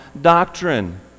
doctrine